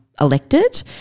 elected